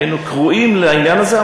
היינו כרויים לעניין הזה.